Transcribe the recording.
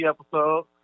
episode